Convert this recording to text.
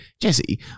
Jesse